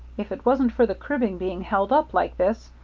if it wasn't for the cribbing being held up like this,